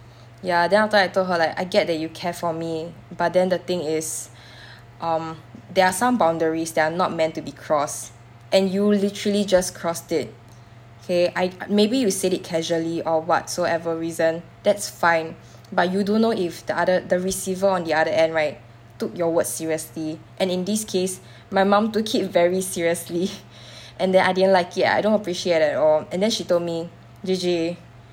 ya then after I told her like I get that you care for me but then the thing is um there are some boundaries that are not meant to be cross and you literally just crossed it okay I maybe you said it casually or whatsoever reason that's fine but you don't know if the other the receiver on the other end right took your word seriously and in this case my mum took it very seriously and that I didn't like it I don't appreciate at all and then she told me J J